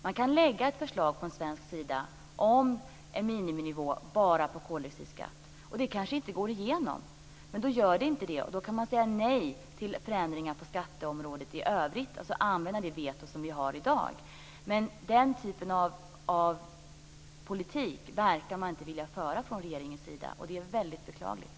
Man kan lägga fram ett förslag från svensk sida om en miniminivå bara på koldioxidskatten. Det går kanske inte igenom men då kan man säga nej till förändringar på skatteområdet i övrigt och använda det veto som vi har i dag. Den typen av politik verkar man inte vilja föra från regeringens sida. Det är verkligen beklagligt.